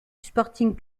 sporting